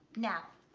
now,